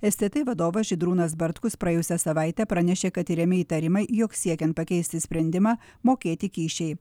es t t vadovas žydrūnas bartkus praėjusią savaitę pranešė kad tiriami įtarimai jog siekiant pakeisti sprendimą mokėti kyšiai